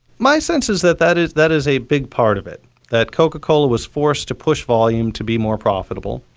my sense is that that is that is a big part of it that coca-cola was forced to push volume to be more profitable.